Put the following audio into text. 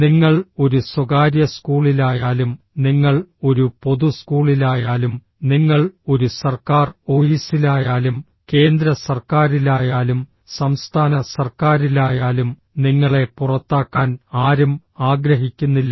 നിങ്ങൾ ഒരു സ്വകാര്യ സ്കൂളിലായാലും നിങ്ങൾ ഒരു പൊതു സ്കൂളിലായാലും നിങ്ങൾ ഒരു സർക്കാർ ഓഫീസിലായാലും കേന്ദ്ര സർക്കാരിലായാലും സംസ്ഥാന സർക്കാരിലായാലും നിങ്ങളെ പുറത്താക്കാൻ ആരും ആഗ്രഹിക്കുന്നില്ല